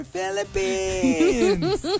Philippines